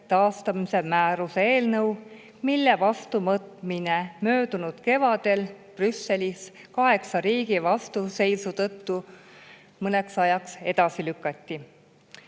taastamise määruse eelnõu, mille vastuvõtmine möödunud kevadel Brüsselis kaheksa riigi vastuseisu tõttu mõneks ajaks edasi lükati.